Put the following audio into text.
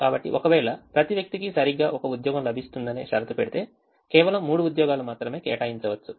కాబట్టి ఒకవేళ ప్రతి వ్యక్తికి సరిగ్గా 1 ఉద్యోగం లభిస్తుందనే షరతు పెడితే కేవలం 3 ఉద్యోగాలు మాత్రమే కేటాయించవచ్చు